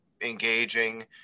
engaging